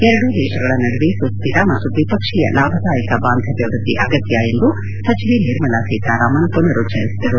ಎರಡೂ ದೇಶಗಳ ನಡುವೆ ಸುಶ್ದಿರ ಮತ್ತು ದ್ವಿಪಕ್ಷೀಯ ಲಾಭದಾಯಕ ಬಾಂಧವ್ಕ ವೃದ್ಧಿ ಆಗತ್ಯ ಎಂದು ಸಚಿವೆ ನಿರ್ಮಲಾ ಸೀತಾರಾಮನ್ ಮನರುಚ್ಚರಿಸಿದರು